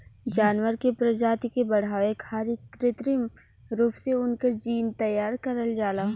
जानवर के प्रजाति के बढ़ावे खारित कृत्रिम रूप से उनकर जीन तैयार करल जाला